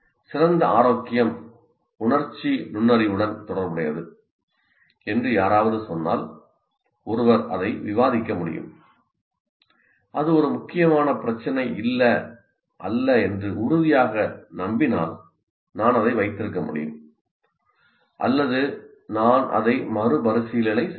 சிறந்த ஆரோக்கியம் உணர்ச்சி நுண்ணறிவுடன் தொடர்புடையது என்று யாராவது சொன்னால் ஒருவர் அதை விவாதிக்க முடியும் அது ஒரு முக்கியமான பிரச்சினை அல்ல என்று உறுதியாக நம்பினால் நான் அதை வைத்திருக்க முடியும் அல்லது நான் அதை மறுபரிசீலனை செய்யலாம்